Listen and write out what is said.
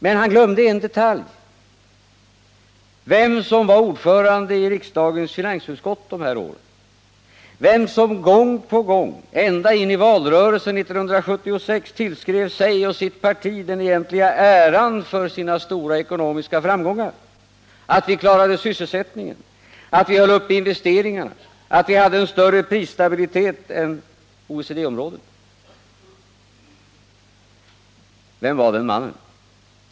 Men han glömde en detalj — vem som var ordförande i riksdagens finansutskott de här åren, vem som gång på gång, ända in i valrörelsen 1976, tillskrev sig och sitt parti den egentliga äran för sina stora ekonomiska framgångar, att vi klarade sysselsättningen, att vi höll uppe investeringarna, att vi hade en större prisstabilitet än OECD-området. Vem var den mannen?